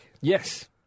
Yes